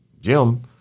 Jim